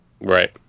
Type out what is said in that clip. Right